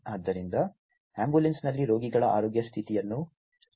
ಆದ್ದರಿಂದ ಆಂಬ್ಯುಲೆನ್ಸ್ನಲ್ಲಿ ರೋಗಿಗಳ ಆರೋಗ್ಯ ಸ್ಥಿತಿಯನ್ನು ಮೇಲ್ವಿಚಾರಣೆ ಮಾಡಬಹುದು